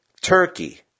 Turkey